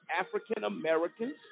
African-Americans